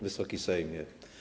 Wysoki Sejmie!